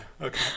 Okay